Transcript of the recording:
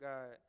God